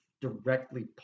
directly